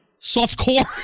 Softcore